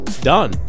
done